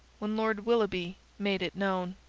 when lord willoughby made it known.